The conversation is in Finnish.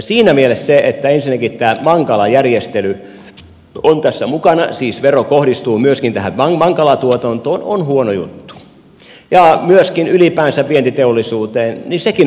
siinä mielessä se että ensinnäkin tämä mankala järjestely on tässä mukana siis että vero kohdistuu myöskin mankala tuotantoon on huono juttu ja myöskin ylipäänsä vientiteollisuuteen sekin on vähän huono juttu